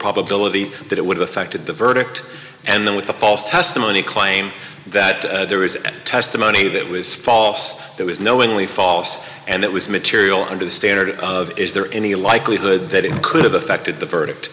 probability that it would affected the verdict and then with the false testimony claim that there is testimony that was false that was knowingly false and it was material under the standard is there any likelihood that it could have affected the verdict